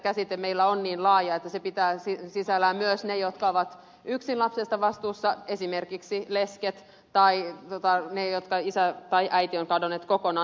yksinhuoltajakäsite meillä on niin laaja että se pitää sisällään myös ne jotka ovat yksin lapsesta vastuussa esimerkiksi lesket tai ne joiden isä tai äiti on kadonnut kokonaan